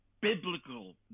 biblical